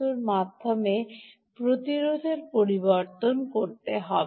এর মধ্যে প্রতিরোধের পরিবর্তন করতে হবে